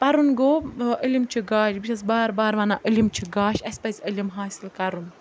پَرُن گوٚو علم چھُ گاش بہٕ چھَس بار بار وَنان علم چھُ گاش اَسہِ پَزِ علم حٲصل کَرُن